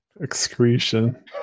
excretion